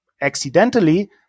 accidentally